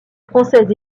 français